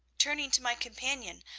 turning to my companion,